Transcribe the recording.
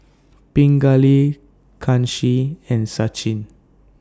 Pingali Kanshi and Sachin